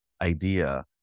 idea